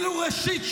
שרים